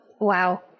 Wow